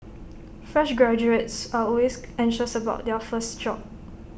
fresh graduates are always anxious about their first job